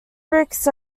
bricks